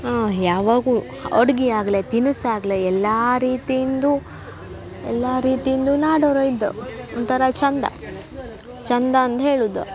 ಯಾವಾಗ್ಲೂ ಅಡ್ಗೆ ಆಗ್ಲಿ ತಿನುಸು ಆಗ್ಲಿ ಎಲ್ಲ ರೀತಿಯಿಂದು ಎಲ್ಲ ರೀತಿಯಿಂದು ನಾಡೋರೇ ಇದ್ದು ಒಂಥರ ಚಂದ ಚಂದ ಅಂದು ಹೇಳುದು